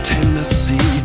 Tennessee